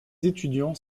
étudiants